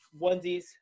onesies